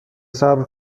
صبر